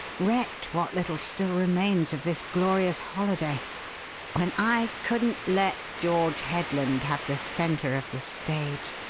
wrecked what little still remains of this glorious holiday when i couldn't let george headland have the centre of the stage,